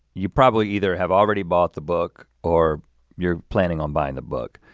you probably either have already bought the book, or you're planning on buying the book,